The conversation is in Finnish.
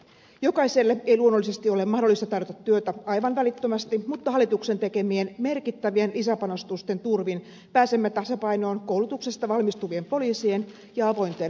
jokaiselle ei luonnollisesti ole mahdollista tarjota työtä aivan välittömästi mutta hallituksen tekemien merkittävien lisäpanostusten turvin pääsemme tasapainoon koulutuksesta valmistuvien poliisien ja avointen virkojen suhteen